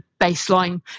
baseline